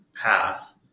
path